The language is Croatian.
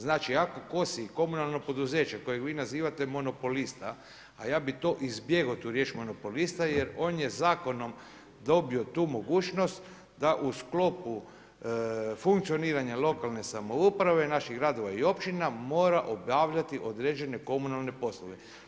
Znači, ako kosi komunalno poduzeće, kojeg vi nazivate monopolista, a ja bi to izbjegao tu riječ monopolista, jer on je zakonom dobio tu mogućnost, da u sklopu funkcioniranja lokalnih samouprave, naših gradova i općina mora obavljati određene komunalne poslove.